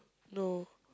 no